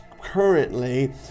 currently